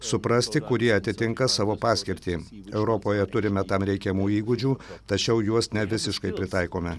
suprasti kurie atitinka savo paskirtį europoje turime tam reikiamų įgūdžių tačiau juos ne visiškai pritaikome